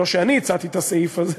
לא שאני הצעתי את הסעיף הזה,